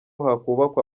hakubakwa